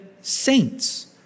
saints